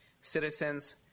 citizens